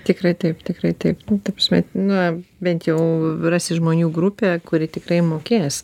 tikrai taip tikrai taip nu ta prasme na bent jau rasi žmonių grupę kuri tikrai mokės